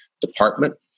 department